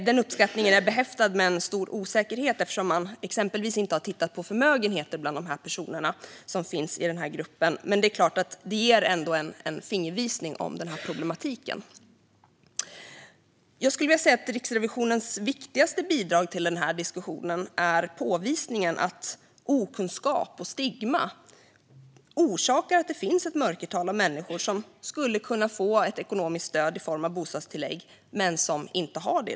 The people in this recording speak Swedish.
Denna uppskattning är behäftad med stor osäkerhet eftersom man exempelvis inte har tittat på förmögenheter bland personerna i den här gruppen, men det är klart att den ändå ger en fingervisning om problematiken. Jag skulle vilja säga att Riksrevisionens viktigaste bidrag till diskussionen är att man påvisar att okunskap och stigma orsakar att det finns ett mörkertal av människor som skulle kunna få ett ekonomiskt stöd i form av bostadstillägg men som i dag inte har det.